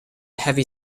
heavy